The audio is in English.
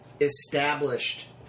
established